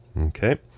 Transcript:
okay